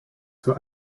für